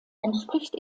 entspricht